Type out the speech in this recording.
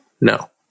No